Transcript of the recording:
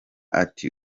ati